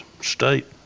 state